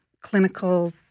clinical